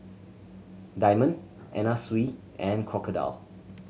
Diamond Anna Sui and Crocodile